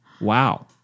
Wow